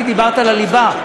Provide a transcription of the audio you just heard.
דיברת על הליבה.